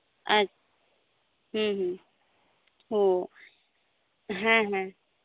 ᱟᱪᱪᱷᱟ